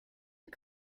you